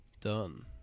Done